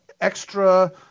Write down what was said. Extra